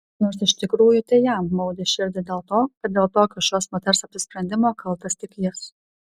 nors iš tikrųjų tai jam maudė širdį dėl to kad dėl tokio šios moters apsisprendimo kaltas tik jis